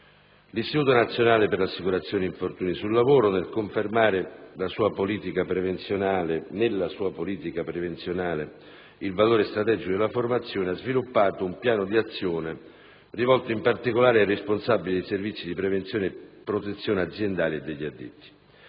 L'Istituto nazionale per l'assicurazione contro gli infortuni sul lavoro (INAIL), nel confermare nella sua politica prevenzionale il valore strategico della formazione, ha sviluppato un piano di azione rivolto in particolare ai responsabili dei servizi di prevenzione e protezione aziendali e degli addetti.